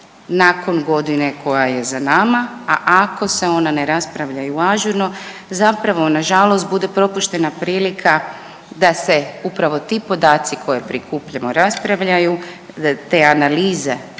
nakon godine koja je za nama, a ako se ona ne raspravlja i u ažurno zapravo na žalost bude propuštena prilika da se upravo ti podaci koje prikupljamo raspravljaju, te analize